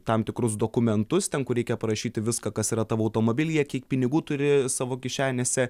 tam tikrus dokumentus ten kur reikia parašyti viską kas yra tavo automobilyje kiek pinigų turi savo kišenėse